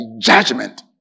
judgment